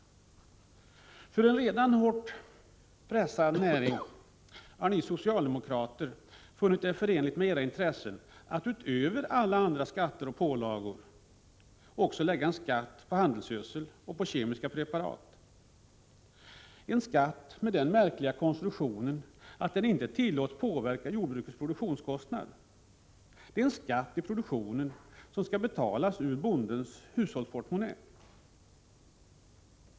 För en redan hårt pressad näring har ni socialdemokrater funnit det förenligt med era intressen att utöver alla andra skatter och pålagor också lägga en skatt på handelsgödsel och kemiska preparat. Denna skatt har den märkliga konstruktionen att den inte tillåts påverka jordbrukets produktionskostnader. Det är en skatt i produktionen, men den skall betalas ur bondens hushållsportmonnä.